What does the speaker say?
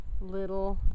little